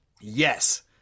Yes